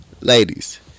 Ladies